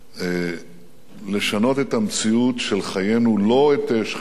לשנות את המציאות של חיינו, לא את שכנינו.